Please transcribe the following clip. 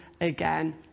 again